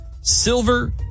silver